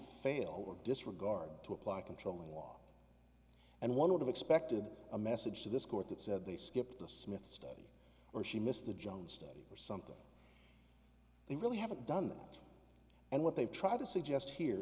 or disregard to apply a controlling law and one would have expected a message to this court that said they skipped the smith study or she missed the jones study or something they really haven't done that and what they've tried to suggest here